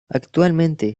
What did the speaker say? actualmente